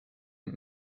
den